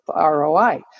ROI